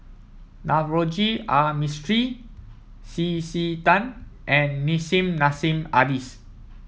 Navroji R Mistri C C Tan and Nissim Nassim Adis